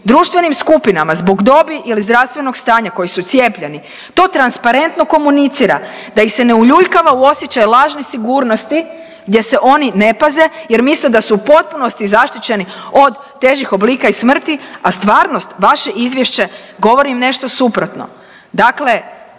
društvenim skupinama zbog dobi ili zdravstvenog stanja koji su cijepljeni to transparentno komunicira, da ih se ne uljuljkava u osjećaj lažne sigurnosti gdje se oni ne paze jer misle da su u potpunosti zaštićeni od težih oblika i smrti, a stvarnost, vaše izvješće govori im nešto suprotno.